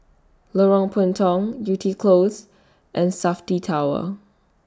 Lorong Puntong Yew Tee Close and Safti Tower